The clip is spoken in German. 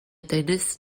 dennis